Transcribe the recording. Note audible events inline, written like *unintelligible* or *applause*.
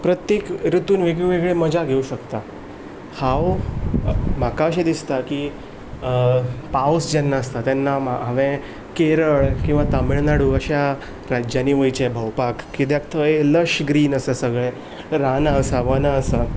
प्रत्येक रुतून वेगळी वेगळी मजा घेवं शकता हांव म्हाका अशें दिसता की पावस जेन्ना आसता तेन्ना हांवें केरळ किंवां तामिळनाडू अश्या *unintelligible* वयचें भोंवपाक कित्याक थंय लश ग्रीन आसता सगळें रानां आसा वनां आसा